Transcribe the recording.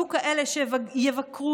יהיו כאלה שיבקרו,